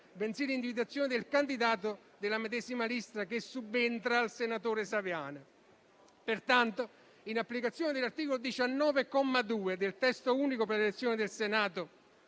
bensì l'individuazione del candidato della medesima lista che subentra al senatore Saviane. Pertanto, in applicazione dell'articolo 19, comma 2, del testo unico per l'elezione del Senato,